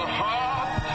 heart